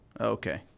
okay